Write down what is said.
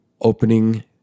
opening